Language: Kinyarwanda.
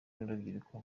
n’urubyiruko